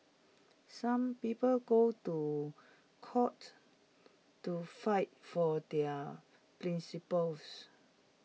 some people go to court to fight for their principles